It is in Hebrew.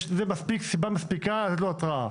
זה סיבה מספיקה לתת לו התראה.